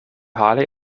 harley